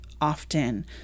often